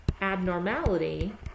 abnormality